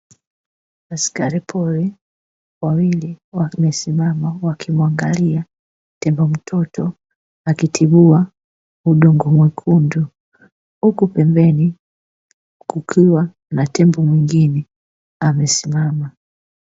Askari pori wawili wamesimama wakimwangalia tembo mtoto, akitibua udongo mwekundu huku pembeni kukiwa na tembo mwingine amesimama.